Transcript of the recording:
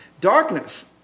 Darkness